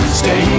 stay